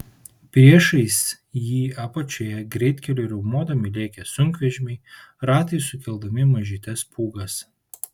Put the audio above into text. priešais jį apačioje greitkeliu riaumodami lėkė sunkvežimiai ratais sukeldami mažytes pūgas